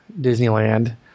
Disneyland